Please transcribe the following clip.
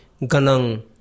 Ganang